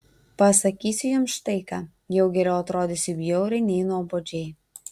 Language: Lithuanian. pasakysiu jums štai ką jau geriau atrodysiu bjauriai nei nuobodžiai